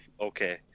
okay